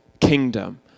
Kingdom